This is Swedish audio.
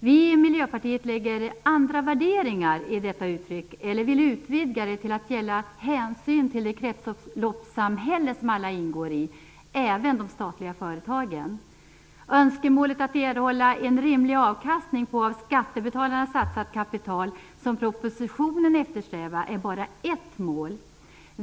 Vi i Miljöpartiet lägger andra värderingar i detta uttryck eller vill utvidga det till att gälla hänsyn till det kretsloppssamhälle som alla ingår i - även de statliga företagen. Önskemålet att erhålla en rimlig avkastning på av skattebetalarna satsat kapital, som eftersträvas i propositionen, är bara ett mål.